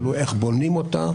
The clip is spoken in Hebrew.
תלוי אך בונים אותה.